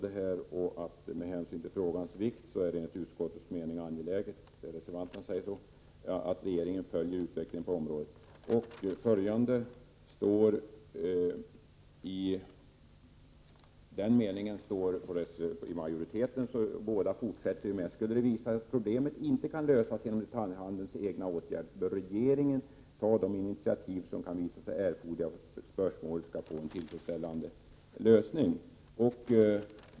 Reservanterna anför sedan: Med hänsyn till frågans vikt är det enligt utskottets mening angeläget att regeringen följer utvecklingen på området. Majoriteten skriver ungefär på samma sätt. Båda fortsätter: Skulle det visa sig att problemen inte kan lösas genom detaljhandelns egna åtgärder bör regeringen ta de initiativ som kan visa sig erforderliga för att spörsmålet skall få en tillfredsställande lösning.